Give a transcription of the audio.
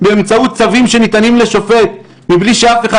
באמצעות צווים שניתנים לשופט מבלי שאף אחד